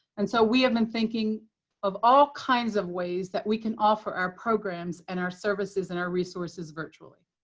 and so we have been thinking of all kinds of ways that we can offer our programs and our services and our resources virtually.